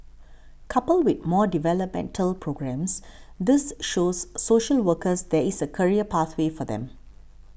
coupled with more developmental programmes this shows social workers there is a career pathway for them